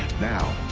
now,